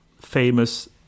famous